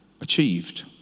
achieved